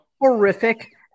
horrific